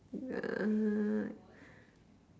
uh